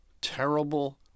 terrible